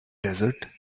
desert